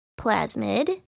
plasmid